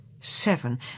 seven